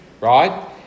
right